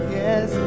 yes